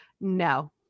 No